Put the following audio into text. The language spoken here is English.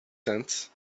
sense